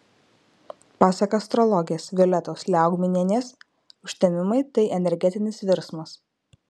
pasak astrologės violetos liaugminienės užtemimai tai energetinis virsmas